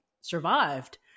survived